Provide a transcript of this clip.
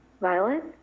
Violet